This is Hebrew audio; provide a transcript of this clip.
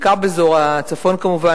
בעיקר באזור הצפון כמובן,